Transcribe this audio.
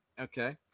Okay